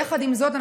יחד עם זאת,